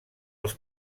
els